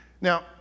Now